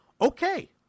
Okay